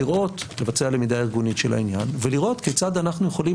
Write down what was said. לבצע למידה ארגונית של העניין ולראות כיצד אנחנו יכולים